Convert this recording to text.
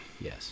Yes